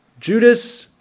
Judas